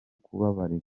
kubabarira